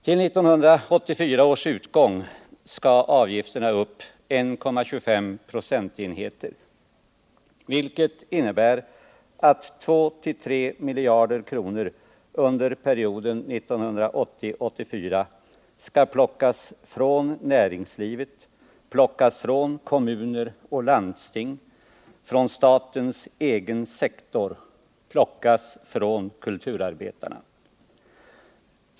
Till 1984 års utgång skall avgifterna upp 1,25 procentenheter, vilket innebär att 2-3 miljarder kronor under perioden 1980-1984 skall plockas från näringslivet, plockas från kommuner och landsting, från statens egen sektor, plockas från kulturarbetarna.